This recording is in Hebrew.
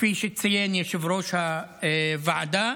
כפי שציין יושב-ראש הוועדה,